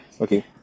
Okay